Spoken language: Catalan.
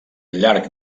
llarg